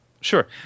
Sure